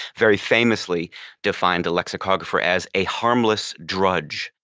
very famously defined a lexicographer as a harmless drudge.